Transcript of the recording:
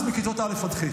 8% מכיתות א' ח'.